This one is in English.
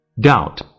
Doubt